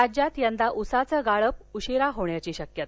राज्यात यंदा ऊस गाळप उशिरा होण्याची शक्यता